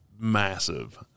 Massive